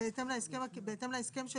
בהתאם להסכם של